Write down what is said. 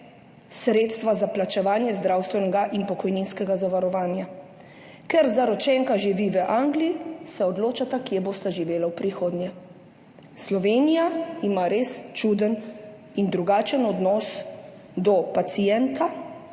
sredstva za plačevanje zdravstvenega in pokojninskega zavarovanja. Ker zaročenka živi v Angliji, se odločata, kje bosta živela v prihodnje. Slovenija ima res čuden in drugačen odnos do pacienta